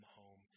home